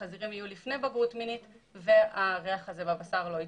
החזירים יהיו לפני בגרות מינית והריח הזה בבשר לא יצטבר.